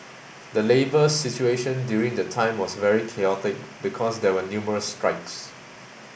the labour situation during the time was very chaotic because there were numerous strikes